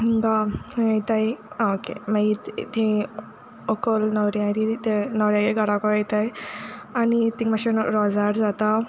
हिंगा हूंय वोयताय आं ओके तीं व्होकोल न्होवरो आहाय तीं न्होवऱ्यागे घाराको वोयताय आनी तींग माशे रोजार जाता